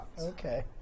Okay